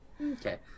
Okay